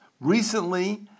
Recently